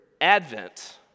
Advent